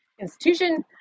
institution